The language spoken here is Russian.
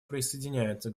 присоединяется